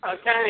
Okay